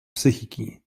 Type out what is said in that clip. psychiki